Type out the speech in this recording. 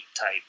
type